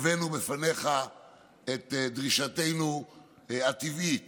הבאנו בפניך את דרישתנו הטבעית